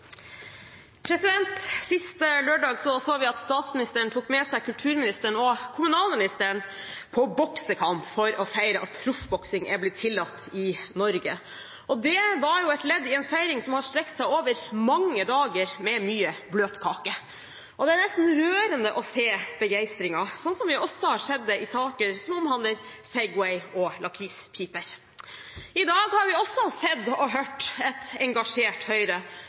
Sist lørdag så vi at statsministeren tok med seg kulturministeren og kommunalministeren på boksekamp for å feire at proffboksing er blitt tillatt i Norge, og det var et ledd i en feiring som har strukket seg over mange dager, med mye bløtkake. Det er nesten rørende å se begeistringen, sånn som vi også har sett det i saker som omhandler Segway og lakrispiper. I dag har vi også sett og hørt et engasjert Høyre,